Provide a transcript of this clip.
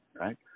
right